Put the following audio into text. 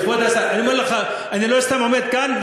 כבוד השר, אני אומר לך, אני לא סתם עומד כאן,